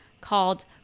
called